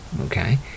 okay